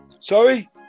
Sorry